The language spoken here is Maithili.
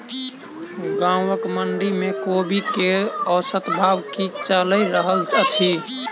गाँवक मंडी मे कोबी केँ औसत भाव की चलि रहल अछि?